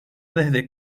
desde